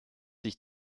sich